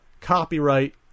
copyright